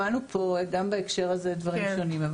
שמענו פה גם בהקשר הזה דברים שונים.